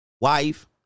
wife